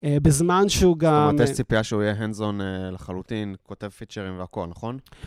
בזמן שהוא גם... זאת אומרת, יש ציפייה שהוא יהיה hand zone לחלוטין, כותב פיצ'רים והכול, נכון?